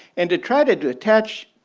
and to try to to attach,